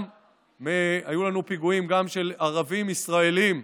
היו לנו פיגועים גם של ערבים ישראלים,